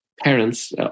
parents